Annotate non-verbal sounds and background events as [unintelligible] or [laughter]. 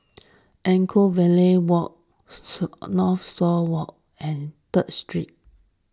Anchorvale Walk [unintelligible] Northshore Walk and Third Street